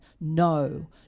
No